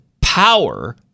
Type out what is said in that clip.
power